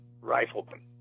Rifleman